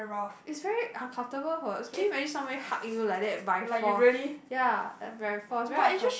it's very uncomfortable for can you imagine somebody hug you like that by force ya like by force very uncom~